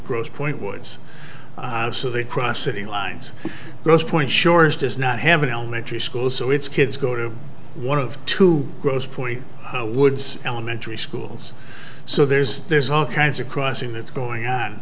gross point woods so they cross city lines rose point shores does not have an elementary school so it's kids go to one of two gross point woods elementary schools so there's there's all kinds of crossing that's going on